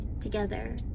together